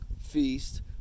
feast